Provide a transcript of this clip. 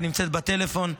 שנמצאת בטלפון,